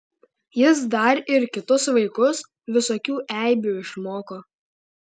jis dar ir kitus vaikus visokių eibių išmoko